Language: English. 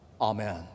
Amen